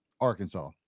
arkansas